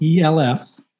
ELF